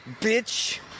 bitch